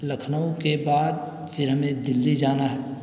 لکھنؤ کے بعد پھر ہمیں دلّی جانا ہے